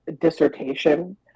dissertation